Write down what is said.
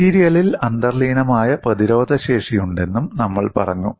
മെറ്റീരിയലിൽ അന്തർലീനമായ പ്രതിരോധശേഷിയുണ്ടെന്നും നമ്മൾ പറഞ്ഞു